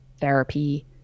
therapy